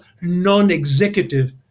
non-executive